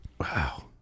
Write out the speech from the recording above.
Wow